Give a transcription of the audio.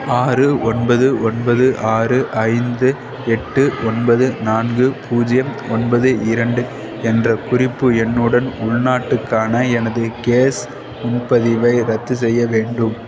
ஆறு ஒன்பது ஒன்பது ஆறு ஐந்து எட்டு ஒன்பது நான்கு பூஜ்ஜியம் ஒன்பது இரண்டு என்ற குறிப்பு எண்ணுடன் உள்நாட்டுக்கான எனது கேஸ் முன்பதிவை ரத்து செய்ய வேண்டும்